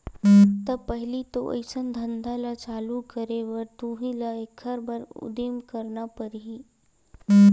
त पहिली तो अइसन धंधा ल चालू करे बर तुही ल एखर बर उदिम करना परही